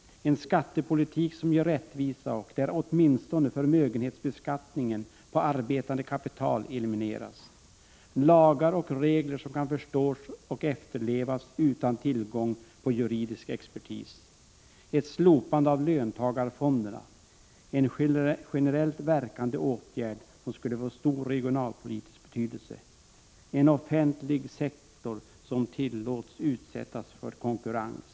1985/86:103 som ger rättvisa och som innebär att åtminstone förmögenhetsbeskattningen = 1 april 1986 vad gäller arbetande kapital elimineras, lagar och regler som kan förstås och efterlevas utan att man behöver tillgå juridisk expertis, ett slopande av löntagarfonderna — en generellt verkande åtgärd som skulle få stor regional politisk betydelse — och en offentlig sektor som tillåts utsättas för konkurrens.